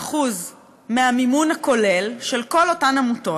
93% מהמימון הכולל של כל אותן עמותות,